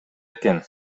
экен